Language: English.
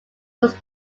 was